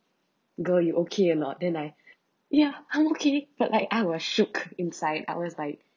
girl you okay or not then I ya I'm okay but like I was shook inside I was like